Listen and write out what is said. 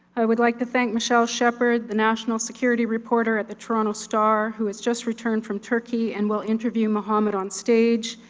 i would like to thank michelle shephard, the national security reporter at the toronto star who has just returned from turkey and will interview mohamed on stage,